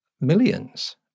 millions